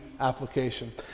application